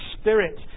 spirit